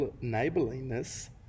neighbourliness